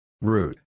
Root